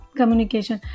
communication